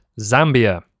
zambia